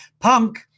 Punk